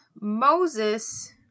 Moses